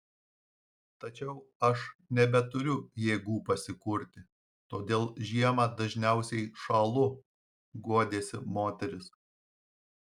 tačiau aš nebeturiu jėgų pasikurti todėl žiemą dažniausiai šąlu guodėsi moteris